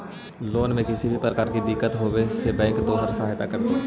loan में किसी भी प्रकार की दिक्कत होवे से बैंक तोहार सहायता करतो